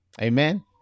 Amen